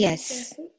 Yes